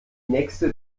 nächste